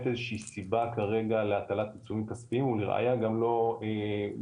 איזושהי סיבה כרגע להטלת עיצומים כספיים ולראייה גם בחרו